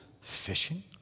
fishing